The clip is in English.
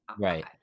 Right